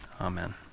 Amen